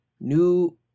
New